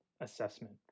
assessment